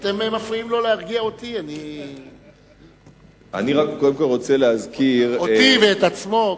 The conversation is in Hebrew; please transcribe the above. אתם מפריעים לו להרגיע אותי, אותי ואת עצמו.